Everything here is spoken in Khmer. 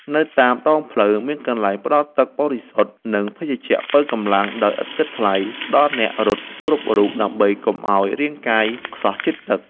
នៅតាមដងផ្លូវមានកន្លែងផ្ដល់ទឹកបរិសុទ្ធ និងភេសជ្ជៈប៉ូវកម្លាំងដោយឥតគិតថ្លៃ ដល់អ្នករត់គ្រប់រូបដើម្បីកុំឱ្យរាងកាយខ្សោះជាតិទឹក។